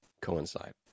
coincide